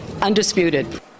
undisputed